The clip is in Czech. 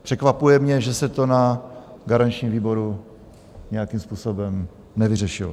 Překvapuje mě, že se to na garančním výboru nějakým způsobem nevyřešilo.